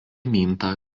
minta